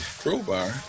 crowbar